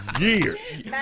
Years